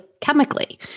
chemically